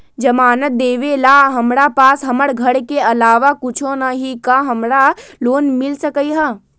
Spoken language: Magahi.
जमानत देवेला हमरा पास हमर घर के अलावा कुछो न ही का हमरा लोन मिल सकई ह?